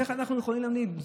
איך אנחנו יכולים להגיד?